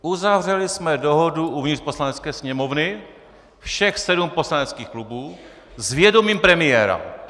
Uzavřeli jsme dohodu uvnitř Poslanecké sněmovny, všech sedm poslaneckých klubů, s vědomím premiéra.